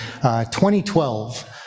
2012